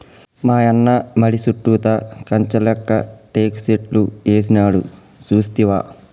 మాయన్న మడి సుట్టుతా కంచె లేక్క టేకు సెట్లు ఏసినాడు సూస్తివా